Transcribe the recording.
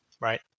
right